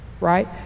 right